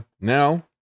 now